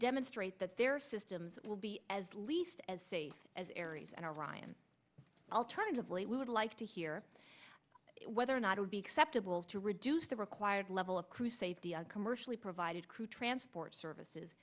demonstrate that their systems will be as least as safe as aries and arayan alternatively we would like to hear whether or not would be acceptable to reduce the required level of crew safety and commercially provided crew transport services